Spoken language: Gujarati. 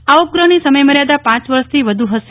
આ ઉપગ્રહની સમયમર્યાદા પાંચ વર્ષથી વધુ હશે